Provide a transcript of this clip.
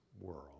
world